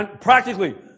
Practically